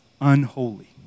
unholy